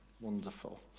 Wonderful